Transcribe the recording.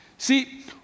See